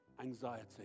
anxiety